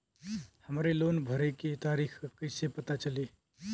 हमरे लोन भरे के तारीख कईसे पता चली?